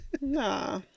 Nah